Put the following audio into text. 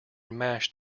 mashed